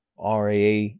RAA